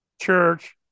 church